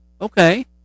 okay